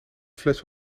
fles